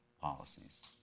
policies